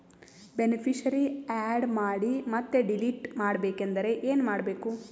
Beneficiary, add ಮಾಡಿ ಮತ್ತೆ delete ಮಾಡಬೇಕೆಂದರೆ ಏನ್ ಮಾಡಬೇಕು?